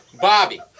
Bobby